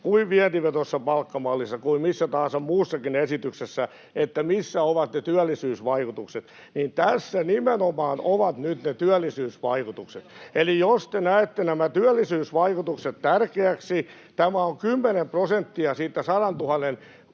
vientivetoisessa palkkamallissa kuin missä tahansa muussakin esityksessä, että missä ovat ne työllisyysvaikutukset, niin tässä nimenomaan ovat nyt ne työllisyysvaikutukset. [Perussuomalaisten ryhmästä: Luulis kelpaavan!] Tämä on 10 prosenttia siitä 100 000